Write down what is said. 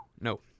No